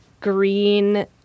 green